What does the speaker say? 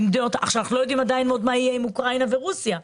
אנחנו עוד לא יודעים מה יהיה עם אוקראינה ורוסיה,